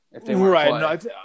Right